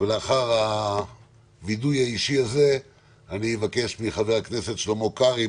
ולאחר הווידוי האישי הזה אני אבקש מחבר הכנסת שלמה קרעי,